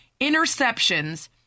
interceptions